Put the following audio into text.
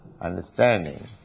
understanding